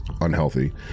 unhealthy